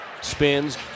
spins